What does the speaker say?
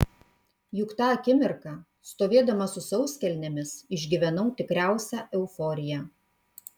juk tą akimirką stovėdama su sauskelnėmis išgyvenau tikriausią euforiją